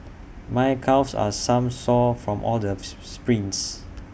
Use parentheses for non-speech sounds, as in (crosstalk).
my calves are some sore from all those (unintelligible) sprints